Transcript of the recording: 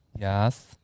Yes